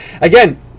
again